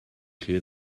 llun